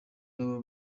baba